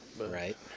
right